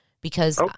because-